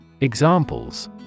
Examples